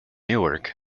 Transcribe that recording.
newark